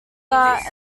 that